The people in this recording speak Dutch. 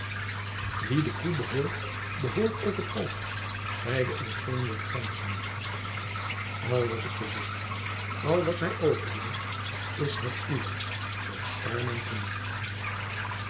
wien de koe behoort behoort ook het kalf zeide eugenio grijnzende al wat ik bezit al wat mij overbleef is het uwe doch spaar mijn kind